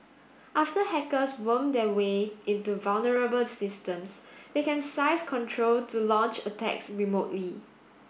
after hackers worm their way into vulnerable systems they can seize control to launch attacks remotely